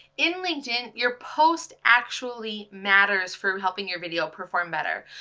in linkedin, your post actually matters for helping your video perform better.